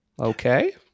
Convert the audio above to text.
Okay